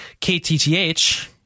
KTTH